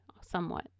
Somewhat